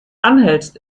anhältst